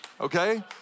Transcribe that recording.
okay